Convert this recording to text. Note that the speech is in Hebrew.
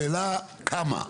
השאלה כמה?